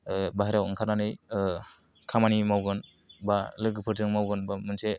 बाहेरायाव ओंखारनानै खामानि मावगोन बा लोगोफोरजों मावगोन बा मा मोनसे